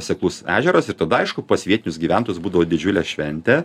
seklus ežeras ir tada aišku pas vietinius gyventojus būdavo didžiulė šventė